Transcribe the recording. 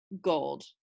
gold